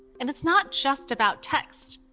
and it's not just about text.